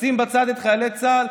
לשים בצד את חיילים צה"ל?